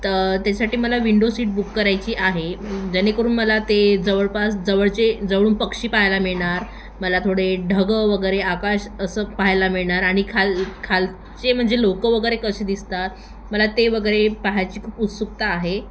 तर त्यासाठी मला विंडो सीट बुक करायची आहे जेणेकरून मला ते जवळपास जवळचे जवळून पक्षी पाहायला मिळणार मला थोडे ढगं वगैरे आकाश असं पाहायला मिळणार आणि खाल खालचे म्हणजे लोकं वगैरे कसे दिसतात मला ते वगैरे पाहायची खूप उत्सुकता आहे